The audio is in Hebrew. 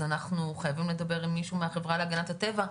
אז אנחנו חייבים לדבר עם מישהו מהחברה להגנת הטבע,